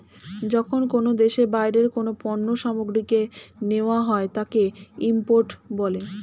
যখন কোনো দেশে বাইরের কোনো পণ্য সামগ্রীকে নেওয়া হয় তাকে ইম্পোর্ট বলে